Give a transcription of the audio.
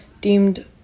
deemed